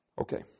Okay